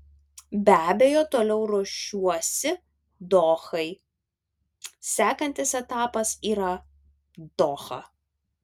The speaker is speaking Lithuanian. be abejo toliau ruošiuosi dohai sekantis etapas yra doha